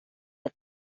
ett